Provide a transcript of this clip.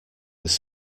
was